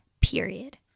period